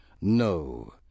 No